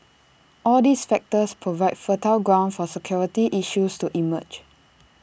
all these factors provide fertile ground for security issues to emerge